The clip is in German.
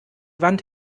wand